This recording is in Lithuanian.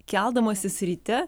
keldamasis ryte